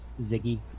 Ziggy